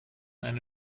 eine